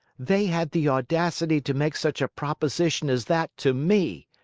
they had the audacity to make such a proposition as that to me!